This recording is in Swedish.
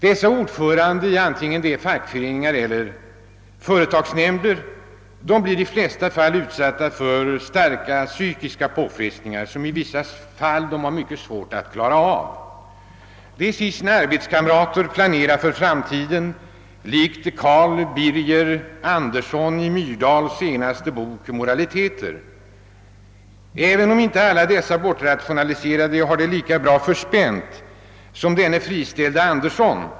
Dessa ordförande blir i många fall utsatta för starka psykiska påfrestningar, som de har mycket svårt att klara av. De ser sina arbetskamrater planera för framtiden, likt Karl Birger Andersson 1 Jan Myrdals senaste bok Moraliteter — även om inte alla bortrationaliserade har det lika väl förspänt som denne »friställde Andersson».